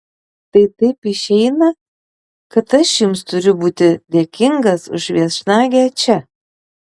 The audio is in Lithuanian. tai taip išeina kad aš jums turiu būti dėkingas už viešnagę čia